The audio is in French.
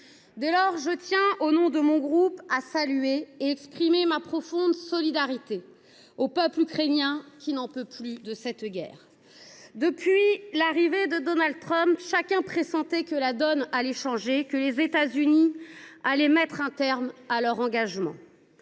Dès lors, je tiens, au nom de mon groupe, à saluer et à exprimer ma profonde solidarité envers le peuple ukrainien, qui n’en peut plus de cette guerre. Depuis l’arrivée de Donald Trump, chacun pressentait que la donne allait changer, que les États Unis allaient mettre un terme à leur engagement.